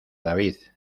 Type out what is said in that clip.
david